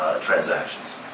transactions